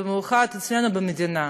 במיוחד אצלנו במדינה.